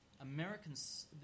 Americans